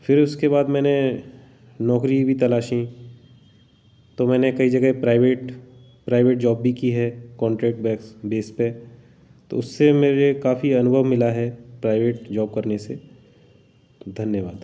फिर उसके बाद मैंने नौकरी भी तलाशी तो मैंने कई जगह प्राइवेट प्राइवेट जॉब भी कि है कॉन्ट्रेक्ट बेस पे तो उससे मेरे काफ़ी अनुभव मिला है प्राइवेट जॉब करने से धन्यवाद